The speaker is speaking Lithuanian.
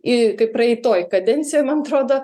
į kai praeitoj kadencijoj man atrodo